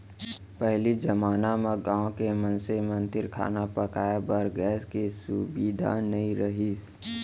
पहिली जमाना म गॉँव के मनसे मन तीर खाना पकाए बर गैस के सुभीता नइ रहिस